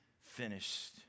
finished